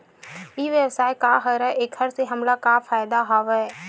ई व्यवसाय का हरय एखर से हमला का फ़ायदा हवय?